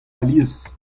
alies